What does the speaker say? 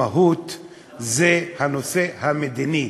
המהות היא הנושא המדיני.